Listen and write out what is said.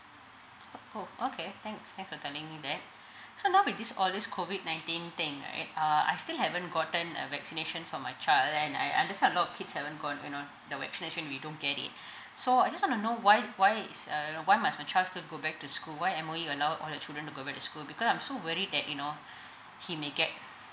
oh okay thanks thanks for telling me that so now with this all this COVID nineteen thing right uh I still haven't gotten the vaccination for my child and I understand a lot of kids haven't gone you know the vaccination we don't get it so I just want to know why why is uh you know why must my child still go back to school why M_O_E allow all the children to go back to school because I'm so worried that you know he may get